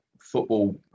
football